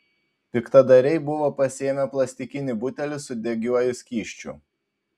piktadariai buvo pasiėmę plastikinį butelį su degiuoju skysčiu